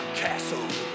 castle